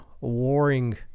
warring